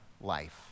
life